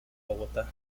bogotá